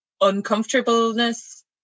uncomfortableness